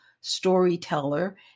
storyteller